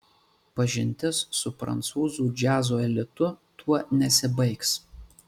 pažintis su prancūzų džiazo elitu tuo nesibaigs